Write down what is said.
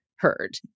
Heard